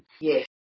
Yes